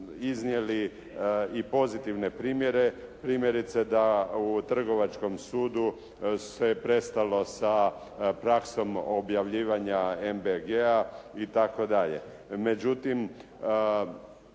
iznijeli i pozitivne primjere. Primjerice da u Trgovačkom sudu se prestalo sa praksom objavljivanja MBG-a i